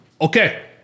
okay